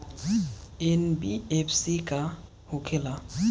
NBFC का होंखे ला?